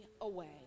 away